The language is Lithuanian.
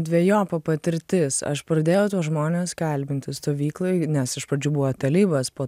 dvejopa patirtis aš pradėjau tuos žmones kalbinti stovykloj nes iš pradžių buvo talibas po